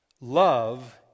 Love